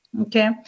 okay